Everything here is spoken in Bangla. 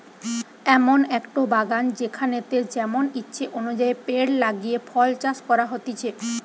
এমন একটো বাগান যেখানেতে যেমন ইচ্ছে অনুযায়ী পেড় লাগিয়ে ফল চাষ করা হতিছে